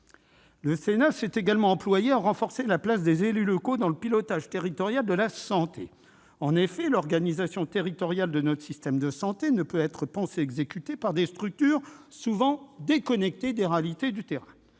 Le Sénat s'est également employé à renforcer la place des élus locaux dans le pilotage territorial de la santé. En effet, l'organisation territoriale de notre système de santé ne peut être pensée et exécutée par des structures souvent déconnectées des réalités du terrain.